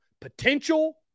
potential